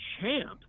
champ